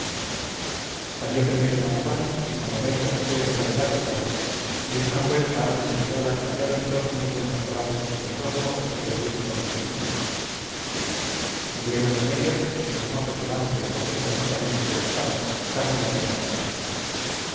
salió primero don juan y con lorenzo se fue fuera de la ciudad y en una huerta algo desviada hallaron dos muy buenos caballos con dos mozos que de diestro los tenían subieron en ellos y los mozos delante por sendas y caminos desusados caminaron a ferrara